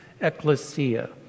ecclesia